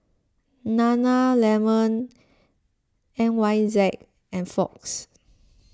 Nana Lemon N Y Z and Fox